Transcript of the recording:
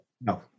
No